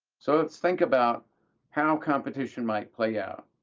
so let's think about how competition might play out.